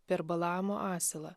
per balamo asilą